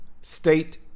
state